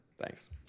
Thanks